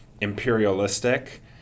imperialistic